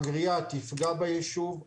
הגריעה תפגע ביישוב.